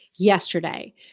yesterday